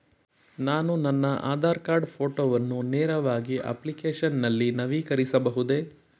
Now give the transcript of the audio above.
ನಾನು ನನ್ನ ಆಧಾರ್ ಕಾರ್ಡ್ ಫೋಟೋವನ್ನು ನೇರವಾಗಿ ಅಪ್ಲಿಕೇಶನ್ ನಲ್ಲಿ ನವೀಕರಿಸಬಹುದೇ?